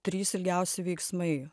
trys ilgiausiai veiksmai